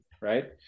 right